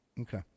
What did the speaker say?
okay